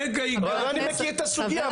אני מכיר את הסוגייה,